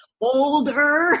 older